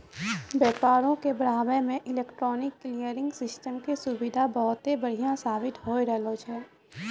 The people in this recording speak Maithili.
व्यापारो के बढ़ाबै मे इलेक्ट्रॉनिक क्लियरिंग सिस्टम के सुविधा बहुते बढ़िया साबित होय रहलो छै